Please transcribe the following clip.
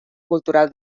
cultural